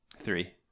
Three